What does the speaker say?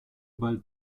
bald